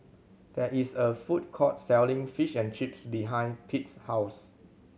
there is a food court selling Fish and Chips behind Pete's house